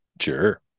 Sure